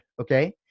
okay